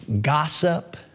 gossip